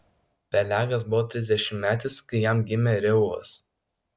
pelegas buvo trisdešimtmetis kai jam gimė reuvas